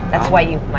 that's why you